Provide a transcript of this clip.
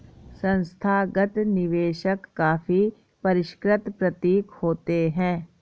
संस्थागत निवेशक काफी परिष्कृत प्रतीत होते हैं